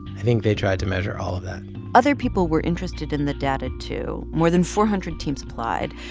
i think they tried to measure all of that other people were interested in the data, too. more than four hundred teams applied.